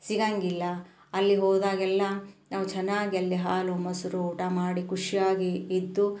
ಸಿಗೊಂಗಿಲ್ಲ ಅಲ್ಲಿ ಹೋದಾಗೆಲ್ಲ ನಾವು ಚೆನ್ನಾಗಲ್ಲಿ ಹಾಲು ಮೊಸರು ಊಟ ಮಾಡಿ ಖುಷಿಯಾಗಿ ಇದ್ದು